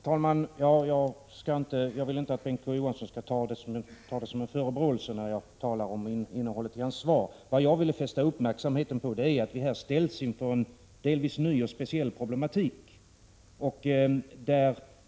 Herr talman! Jag vill inte att Bengt K. Å. Johansson skall ta det som en förebråelse när jag talar om innehållet i hans svar. Vad jag ville fästa uppmärksamheten på är att vi här ställs inför en delvis ny och speciell problematik.